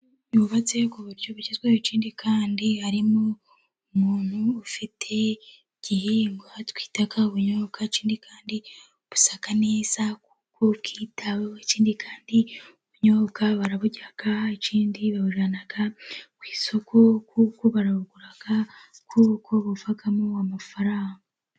Yubatse ku buryo bugezweho, ikindi kandi harimo umuntu ufite igihingwa twita ubunyobwa, ikindi kandi busa neza, kuko bwitaweho, ikindi kandi ubunyobwa baraburya, ikindi baburana ku isoko, kuko barabugura kuko buvamo amafaranga.